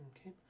Okay